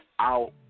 out